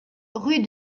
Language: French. rue